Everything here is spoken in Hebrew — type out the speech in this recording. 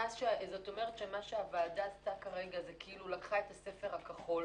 כלומר הוועדה כרגע לקחה את הספר הכחול,